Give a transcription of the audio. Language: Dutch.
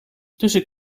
tussen